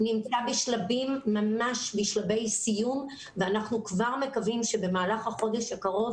אנחנו ממש בשלבי סיום ואנחנו מקווים שכבר במהלך החודש הקרוב